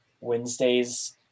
Wednesdays